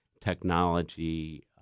technology